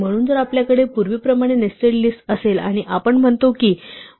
म्हणून जर आपल्याकडे पूर्वीप्रमाणे नेस्टेड लिस्ट असेल आणि आपण म्हणतो की 1 नेस्टेड 7 आहे